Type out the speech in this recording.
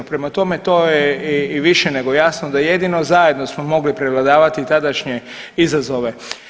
Prema tome, to je i više nego jasno da jedino zajedno smo mogli prevladavati tadašnje izazove.